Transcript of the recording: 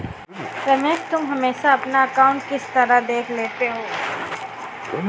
रमेश तुम हमेशा अपना अकांउट किस तरह देख लेते हो?